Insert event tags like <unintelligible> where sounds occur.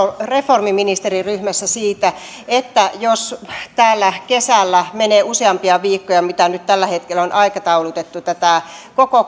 reformiministeriryhmässä siitä että jos täällä kesällä menee useampia viikkoja mitä nyt tällä hetkellä on aikataulutettu tässä koko <unintelligible>